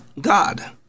God